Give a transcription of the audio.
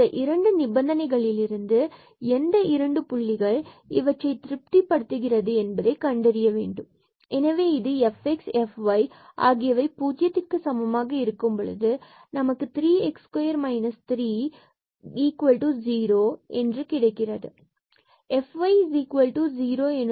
இந்த இரண்டு நிபந்தனைகளில் இருந்து எந்த இரண்டு புள்ளிகள் இவற்றை fxxy0fyxy0 திருப்தி படுத்துகிறது என்பதை கண்டறிய வேண்டும் எனவே இது fxxy மற்றும் fyxy ஆகியவை பூஜ்யத்திற்கு சமமாக இருக்கும் பொழுது நமக்கு 3x2 30 இதையே கொடுக்கிறது இதே fyxy போன்று நாம் கண்டறிய இயலும்